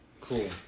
Cool